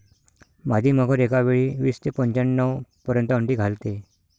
मादी मगर एकावेळी वीस ते पंच्याण्णव पर्यंत अंडी घालते